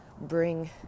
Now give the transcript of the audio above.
bring